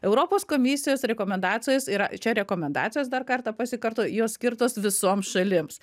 europos komisijos rekomendacijos yra čia rekomendacijos dar kartą pasikartoju jos skirtos visoms šalims